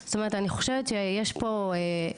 זאת אומרת אני חושבת שיש פה הזדמנות.